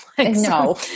no